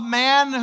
man